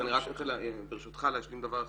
אז אני רק רוצה ברשותך להשלים דבר אחד,